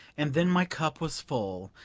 and then my cup was full,